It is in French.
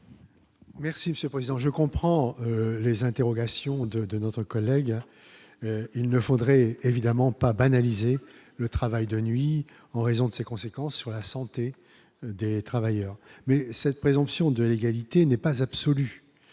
Merci Monsieur président, je comprends les interrogations de de notre collègue, il ne faudrait évidemment pas banaliser le travail de nuit en raison de ses conséquences sur la santé des travailleurs mais cette présomption de l'égalité n'est pas absolue,